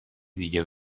دیگه